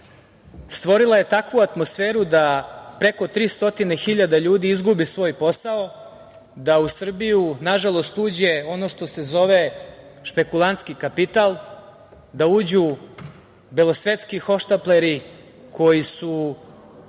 stvorila je takvu atmosferu da preko tri stotine hiljada ljudi izgube svoj posao, da u Srbiju, nažalost uđe ono što se zove špekulanski kapital, da uđu belosvetskih hohštapleri koji su